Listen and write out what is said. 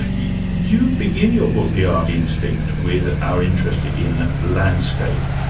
ah you begin your book the art instinct with our interest in landscape.